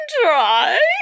try